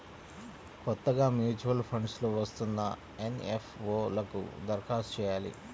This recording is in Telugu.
కొత్తగా మూచ్యువల్ ఫండ్స్ లో వస్తున్న ఎన్.ఎఫ్.ఓ లకు దరఖాస్తు చెయ్యాలి